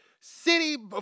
city